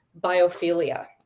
biophilia